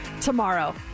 tomorrow